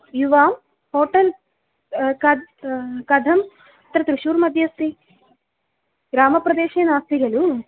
युवा होटेल् कद् कथम् अत्र त्रिशूर्मध्ये अस्ति ग्रामप्रदेशे नास्ति खलु